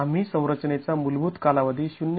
आम्ही संरचनेचा मूलभूत कालावधी ०